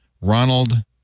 Ronald